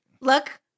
look